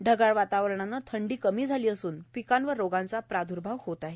ढगाळ वातावरणाने थंडी कमी पडली असून पिकांवर रोगांचा प्राद्र्भाव होत आहे